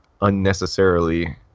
unnecessarily